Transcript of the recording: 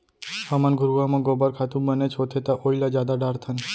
हमन घुरूवा म गोबर खातू बनेच होथे त ओइला जादा डारथन